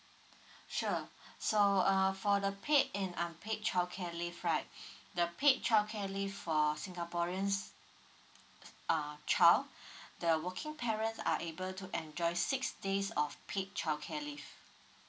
sure so uh for the paid and unpaid childcare leave right the paid childcare leave for singaporeans ah child the working parents are able to enjoy six days of paid childcare leave